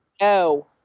No